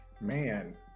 Man